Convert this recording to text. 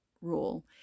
rule